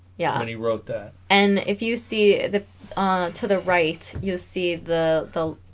yeah and he wrote that and if you see the to the right you'll see the the